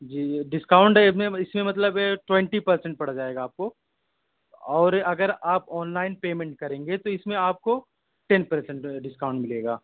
جی یہ ڈسکاؤنٹ اس میں اس میں مطلب ٹونٹی پرسینٹ پڑ جائے گا آپ کو اور اگر آپ آنلائن پیمینٹ کریں گے تو اس میں آپ کو ٹین پرسینٹ ڈسکاؤنٹ ملے گا